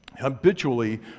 Habitually